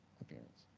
appearance